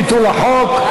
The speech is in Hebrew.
ביטול החוק),